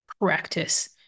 practice